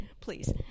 Please